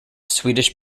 swedish